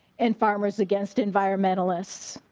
and farmers against environmentalists.